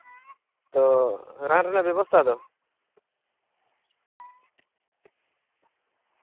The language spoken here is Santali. ᱛᱚ ᱨᱟᱱ ᱨᱮᱱᱟᱜ ᱵᱮᱵᱚᱥᱛᱟ ᱫᱚ